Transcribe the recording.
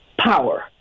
power